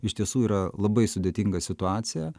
iš tiesų yra labai sudėtinga situacija